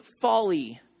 folly